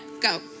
go